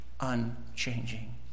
unchanging